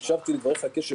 אני הקשבתי לדבריך קשב רב,